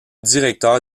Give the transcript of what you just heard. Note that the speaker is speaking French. directeur